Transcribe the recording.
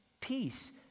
peace